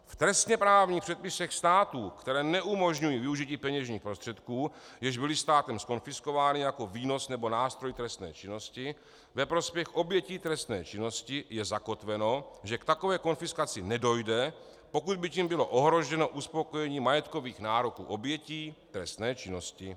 V trestněprávních předpisech států, které neumožňují využití peněžních prostředků, jež byly státem zkonfiskovány jako výnos nebo nástroj trestné činnosti ve prospěch oběti trestné činnosti, je zakotveno, že k takové konfiskaci nedojde, pokud by tím bylo ohroženo uspokojení majetkových nároků obětí trestné činnosti.